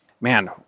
man